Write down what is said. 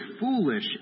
foolish